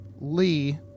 Lee